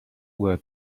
were